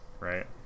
right